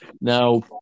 Now